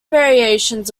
variations